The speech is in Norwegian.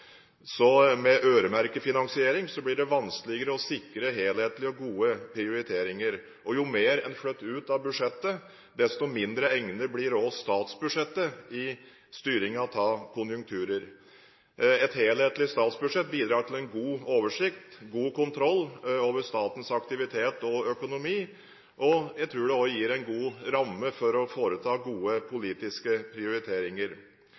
vanskeligere å sikre helhetlige og gode prioriteringer. Jo mer en flytter ut av budsjettet, desto mindre egnet blir også statsbudsjettet i styringen av konjunkturer. Et helhetlig statsbudsjett bidrar til god oversikt og god kontroll over statens aktivitet og økonomi, og jeg tror det også gir en god ramme for å foreta gode politiske prioriteringer.